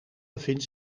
bevindt